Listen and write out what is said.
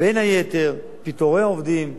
בין היתר פיטורי עובדים,